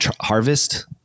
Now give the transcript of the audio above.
Harvest